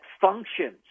functions